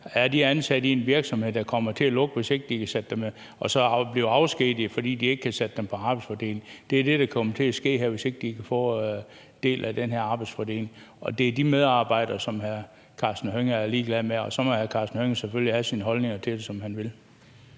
er ansat i en virksomhed, der kommer til at lukke, og om de bliver afskediget, fordi man ikke kan sætte dem på arbejdsfordeling. Det er det, der kommer til at ske her, hvis de ikke kan få del i den her arbejdsfordeling, og det er de medarbejdere, som hr. Karsten Hønge er ligeglad med. Og så må hr. Karsten Hønge jo selvfølgelig have sine holdninger til det, som han vil.